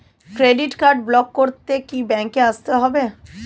Credit card block করতে কি ব্যাংকে আসতে হবে?